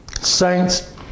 Saints